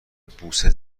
بوسه